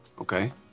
Okay